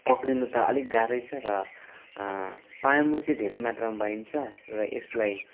पक्रिनु त अलिक गाह्रै छ र पाउनु चाहिँ धेरै मात्रामा पाइन्छ र यसलाई